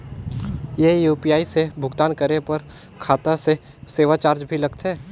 ये यू.पी.आई से भुगतान करे पर खाता से सेवा चार्ज भी लगथे?